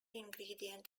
ingredient